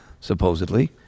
supposedly